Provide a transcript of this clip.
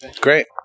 Great